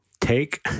take